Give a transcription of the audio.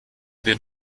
den